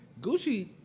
Gucci